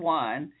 one